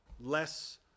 less